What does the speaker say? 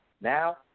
now